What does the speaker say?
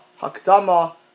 Hakdama